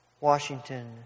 Washington